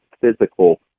physical